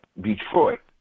Detroit